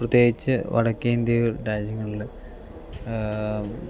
പ്രത്യേകിച്ച് വടക്കേ ഇന്ത്യയിൽ രാജ്യങ്ങളിൽ